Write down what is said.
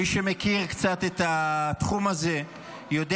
מי שמכיר קצת את התחום הזה יודע,